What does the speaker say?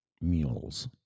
mules